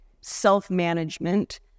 self-management